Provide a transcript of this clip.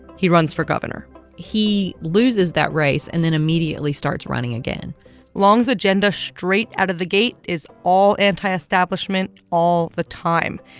he runs for governor he loses that race and then immediately starts running again long's agenda straight out of the gate is all anti-establishment all the time.